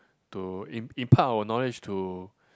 to im~ impart our knowledge to